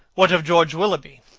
what of george willoughby,